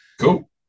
Cool